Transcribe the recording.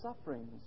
sufferings